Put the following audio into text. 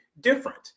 different